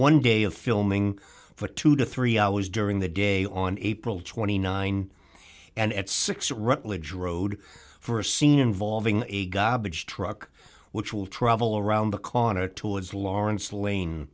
one day of filming for two to three hours during the day on april twenty nine and at six rutledge road for a scene involving a gobbets truck which will travel around the corner towards lawrence lane